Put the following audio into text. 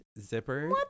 zipper